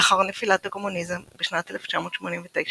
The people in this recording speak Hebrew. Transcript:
לאחר נפילת הקומוניזם בשנת 1989,